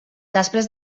després